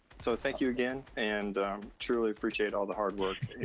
so thank you again, and truly appreciate all the hard work.